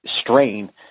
strain